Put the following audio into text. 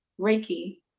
Reiki